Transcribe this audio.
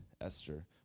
Esther